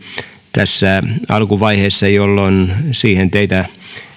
tässä alkuvaiheessa jolloin siihen teitä